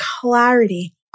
clarity